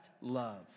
love